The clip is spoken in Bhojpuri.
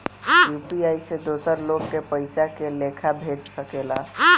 यू.पी.आई से दोसर लोग के पइसा के लेखा भेज सकेला?